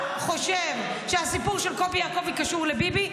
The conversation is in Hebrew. חושב שהסיפור של קובי יעקובי קשור לביבי,